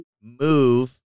move